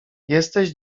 jesteś